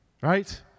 right